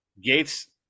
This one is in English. Gates